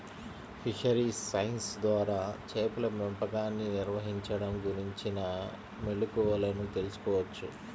fisheries science ద్వారా చేపల పెంపకాన్ని నిర్వహించడం గురించిన మెళుకువలను తెల్సుకోవచ్చు